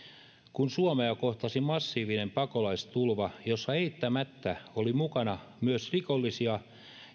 kun suomea kohtasi massiivinen pakolaistulva jossa eittämättä oli mukana myös rikollisia